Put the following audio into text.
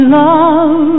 love